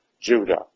Judah